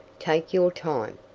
take your time.